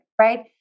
right